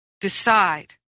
decide